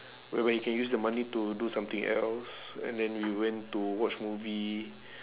whereby he can use the money to do something else and then we went to watch movie